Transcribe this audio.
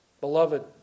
Beloved